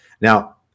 Now